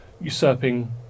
Usurping